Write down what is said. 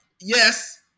yes